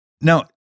Now